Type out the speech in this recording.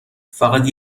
فقط